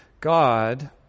God